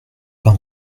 pas